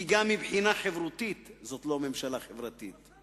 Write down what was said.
כי גם מבחינה חברותית זאת לא ממשלה חברתית.